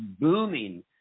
booming